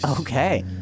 Okay